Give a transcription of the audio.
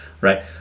right